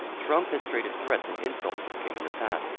trump has traded threats and insults with kim in the past.